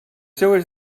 seves